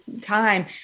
time